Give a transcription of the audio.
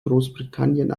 großbritannien